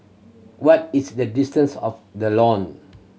what is the distance of The Lawn